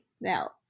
Now